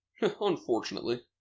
Unfortunately